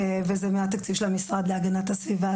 וזה מהתקציב של המשרד להגנת הסביבה.